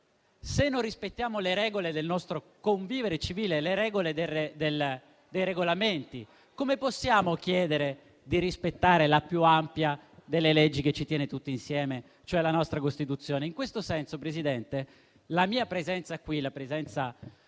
se non rispettiamo le regole del nostro convivere civile, le norme previste nei Regolamenti, come possiamo chiedere di rispettare la più ampia delle leggi che ci tiene tutti insieme, cioè la nostra Costituzione? In questo senso, Presidente, la mia presenza qui e la presenza